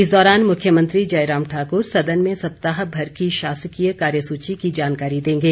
इस दौरान मुख्यमंत्री जयराम ठाकुर सदन में सप्ताह भर की शासकीय कार्यसूची की जानकारी देंगे